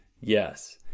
Yes